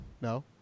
No